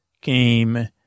came